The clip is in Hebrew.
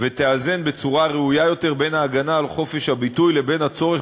ותאזן בצורה ראויה יותר בין ההגנה על חופש הביטוי לבין הצורך